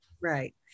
Right